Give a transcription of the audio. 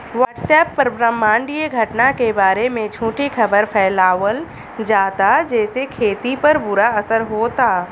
WhatsApp पर ब्रह्माण्डीय घटना के बारे में झूठी खबर फैलावल जाता जेसे खेती पर बुरा असर होता